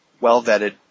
well-vetted